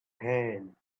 ten